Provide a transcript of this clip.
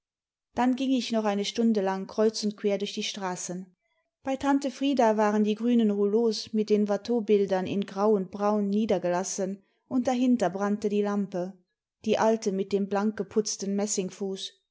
dann ging ich noch eine stunde lang kreuz und quer durch die straßen bei tante frieda waren die grünen rouleaus mit den watteaubildem in grau imd braun niedergelassen und dahinter brannte die lampe die alte mit dem blankgeputzten